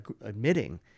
admitting